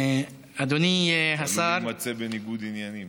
אתה עלול להימצא בניגוד עניינים.